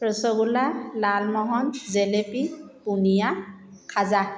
ৰসগোল্লা লালমোহন জেলেপি পুনিয়া খাজা